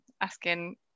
asking